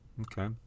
Okay